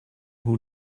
who